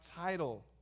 title